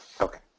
Okay